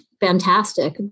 fantastic